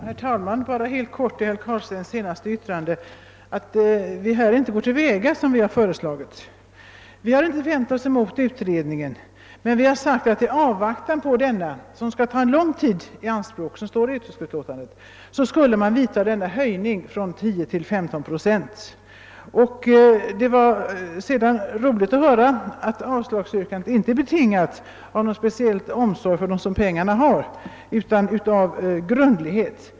Herr talman! Herr Carlstein yttrade i sitt senaste anförande att man här i riksdagen inte brukar gå till väga så som vi har föreslagit i vår motion. Men vi har inte vänt oss emot en utredning. Vi har föreslagit att man i avvaktan på utredningen, som enligt utskottets betänkande kommer att ta lång tid i anspråk, skulle företa en höjning från 10 till 15 procent av skatten på aktievinster. Det var roligt att höra att avslagsyrkandet inte är betingat av någon speciell omsorg om dem som pengarna har, utan av en önskan om grundlighet.